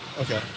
okay